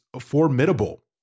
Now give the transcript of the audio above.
formidable